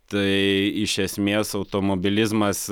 tai iš esmės automobilizmas